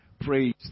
Praise